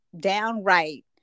Downright